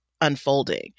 unfolding